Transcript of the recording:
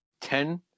ten